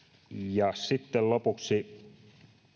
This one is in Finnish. sitten lopuksi